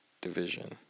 division